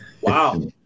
Wow